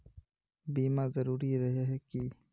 बीमा जरूरी रहे है की?